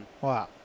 Wow